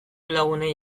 lagunei